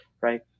Right